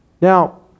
Now